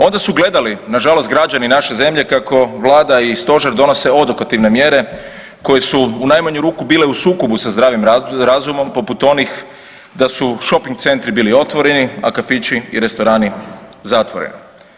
Onda su gledali nažalost građani naše zemlje kako vlada i stožer donose odokativne mjere koje su u najmanju ruku bile u sukobu sa zdravim razumom, poput onih da su šoping centri bili otvoreni, a kafići i restorani zatvoreni.